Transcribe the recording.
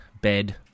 bed